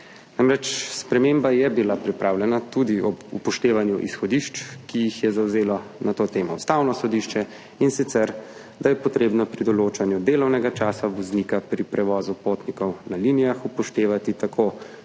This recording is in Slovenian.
Namreč, sprememba je bila pripravljena tudi ob upoštevanju izhodišč, ki jih je na to temo zavzelo Ustavno sodišče, in sicer, da je potrebno pri določanju delovnega časa voznika pri prevozu potnikov na linijah upoštevati,